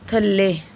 ਥੱਲੇ